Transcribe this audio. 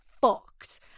fucked